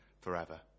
forever